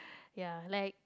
ya like